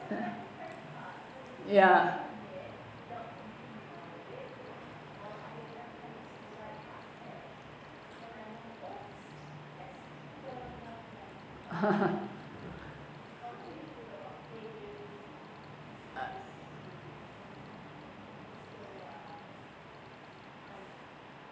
ya